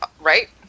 right